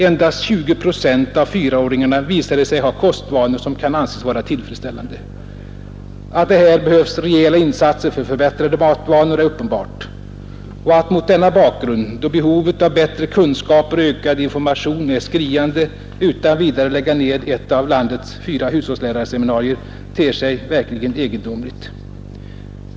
Endast 20 procent av fyraåringarna hade kostvanor, som kan anses vara tillfredsställande. Att det här behövs rejäla insatser för förbättrade matvanor är uppenbart. Att mot denna bakgrund, då behovet av bättre kunskaper och informationer är skriande, utan vidade lägga ned ett av landets fyra hushållslärarseminarier ter sig verkligen egendomligt.